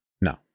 No